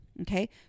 Okay